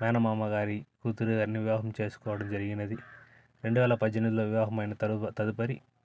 మేనమామ గారి కూతురు గారిని వివాహం చేసుకోవడం జరిగినది రెండు వేల పద్దెనిమిదిలో వివాహం అయిన తర్వాత తదుపరి